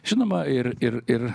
žinoma ir ir ir